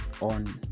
on